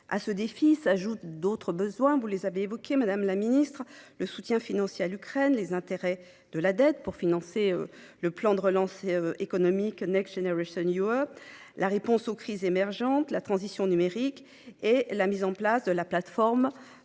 À ce défi s’ajoutent d’autres besoins, que vous avez vous-même évoqués : le soutien financier à l’Ukraine, les intérêts de la dette pour financer le plan de relance économique, la réponse aux crises émergentes, la transition numérique ou encore la mise en place de la plateforme